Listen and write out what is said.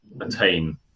attain